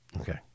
Okay